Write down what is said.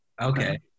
Okay